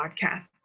podcast